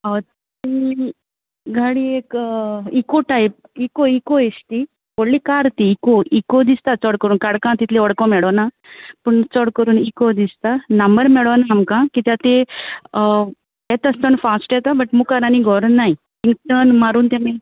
ती गाडी एक इको टायप इको इको एश ती व्हडली कार ती इको इको दिसता चोड कोरून काळकान तितली ओडको मेडोना पूण चड करून इको दिसता नांमर मेळो ना आमकां कित्या ती येता आसताना फाश्ट येता बट मुखार आनी गोर नाय मागीर टन मारून ते मागीर